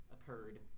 occurred